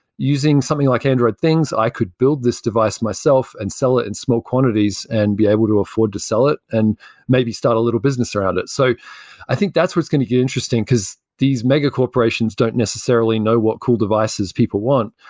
using something like android things, i could build this device myself and sell it in small quantities and be able to afford to sell it and maybe start a little business around it so i think that's what's going to get interesting, because these mega corporations don't necessarily know what cool devices people want,